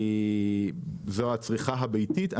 זו הצריכה הביתית.